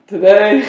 Today